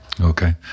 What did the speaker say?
Okay